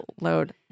load